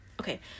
Okay